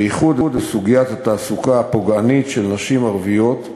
בייחוד בסוגיית התעסוקה הפוגענית של נשים ערביות,